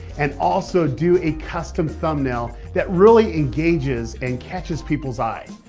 and also do a custom thumbnail that really engages and catches people's eye.